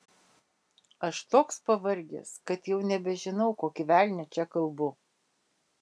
aš toks pavargęs kad jau nebežinau kokį velnią čia kalbu